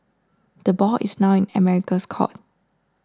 the ball is now in America's court